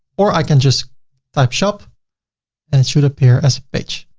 or i can just type shop and it should appear as a page,